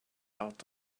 out